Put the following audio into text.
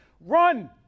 run